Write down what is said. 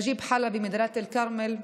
נג'יב חלבי מדאלית אל-כרמל,